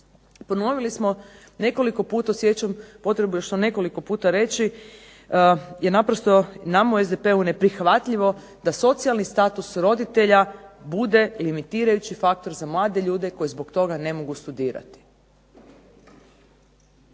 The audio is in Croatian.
Ponovili smo nekoliko puta, osjećam potrebu još to nekoliko puta reći jer naprosto nama je u SDP-u neprihvatljivo da socijalni status roditelja bude limitirajući faktor za mlade ljude koji zbog toga ne mogu studirati.